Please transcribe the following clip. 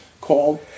called